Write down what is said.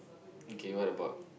okay what about